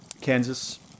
Kansas